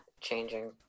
changing